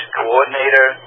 coordinator